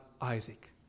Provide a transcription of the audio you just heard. Isaac